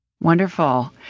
Wonderful